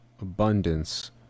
abundance